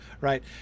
right